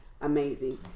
amazing